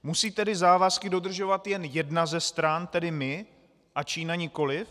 Musí tedy závazky dodržovat jen jedna ze stran, tedy my, a Čína nikoliv?